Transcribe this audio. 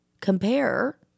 compare